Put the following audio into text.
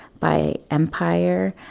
by empire,